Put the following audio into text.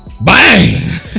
bang